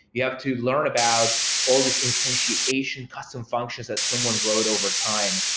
you have to learn about all these instantiation custom functions that someone wrote overtime.